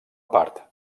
part